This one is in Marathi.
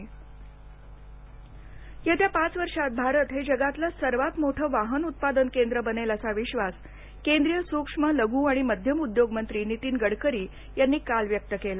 गडकरी उद्योग येत्या पाच वर्षांत भारत हे जगातलं सर्वांत मोठं वाहन उत्पादन केंद्र बनेल असा विश्वास केंद्रीय सूक्ष्म लघु आणि मध्यम उद्योग मंत्री नीतीन गडकरी यांनी काल व्यक्त केला